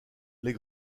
les